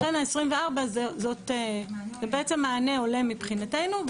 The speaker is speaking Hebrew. לכן ה-24 זה בעצם מענה הולם מבחינתנו,